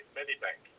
Medibank